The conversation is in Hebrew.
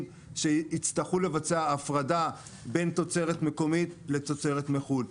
שיצטרכו לבצע הפרדה בין תוצרת מקומית לתוצרת מחו"ל,